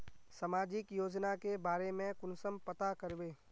सामाजिक योजना के बारे में कुंसम पता करबे?